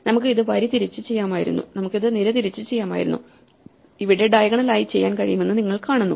നമുക്ക് ഇത് വരി തിരിച്ച് ചെയ്യാമായിരുന്നു നമുക്ക് ഇത് നിര തിരിച്ച് ചെയ്യാമായിരുന്നു ഇവിടെ ഡയഗണലായി ചെയ്യാൻ കഴിയുമെന്ന് നിങ്ങൾ കാണുന്നു